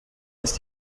lässt